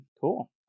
Cool